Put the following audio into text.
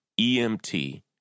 EMT